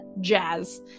jazz